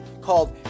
called